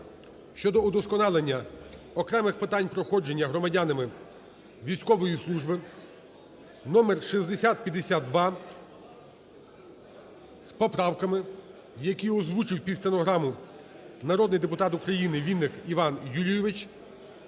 щодо удосконалення окремих питань проходження громадянами військової служби (№ 6052) з поправками, які озвучив під стенограму народний депутат України Вінник Іван Юрійович,